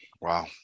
Wow